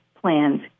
plans